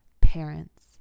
parents